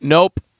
Nope